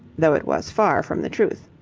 though it was far from the truth.